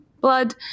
blood